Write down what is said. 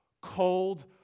cold